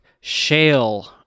shale